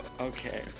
Okay